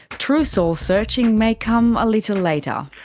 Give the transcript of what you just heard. true soul searching may come a little later.